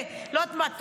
אני לא יודעת מה,